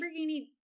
Lamborghini